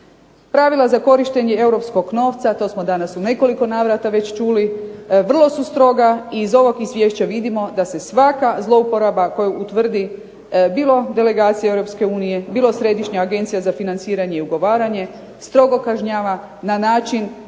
Pravila za korištenje europskog novca, to smo danas u nekoliko navrata već čuli, vrlo su stroga i iz ovog izvješća vidimo da se svaka zlouporaba koju utvrdi bilo delegacija Europske unije, bilo Središnja agencija za financiranje i ugovaranje, strogo kažnjava na način